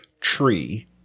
tree